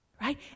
Right